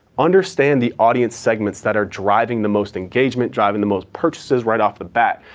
understand the audience segments that are driving the most engagement, driving the most purchases right off the bat,